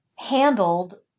handled